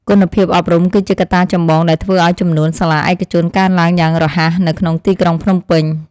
គុណភាពអប់រំគឺជាកត្តាចម្បងដែលធ្វើឱ្យចំនួនសាលាឯកជនកើនឡើងយ៉ាងរហ័សនៅក្នុងទីក្រុងភ្នំពេញ។